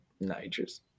Nitrous